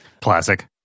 Classic